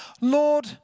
Lord